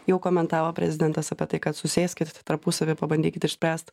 jau komentavo prezidentas apie tai kad susėskit tarpusavyje pabandykit išspręst